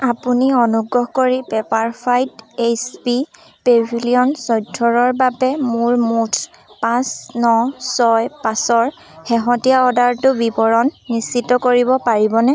আপুনি অনুগ্ৰহ কৰি পেপাৰফ্ৰাইত এইচ পি পেভিলিয়ন চৈধ্যৰ বাবে মোৰ মুঠ পাঁচ ন ছয় পাঁচৰ শেহতীয়া অৰ্ডাৰটোৰ বিৱৰণ নিশ্চিত কৰিব পাৰিবনে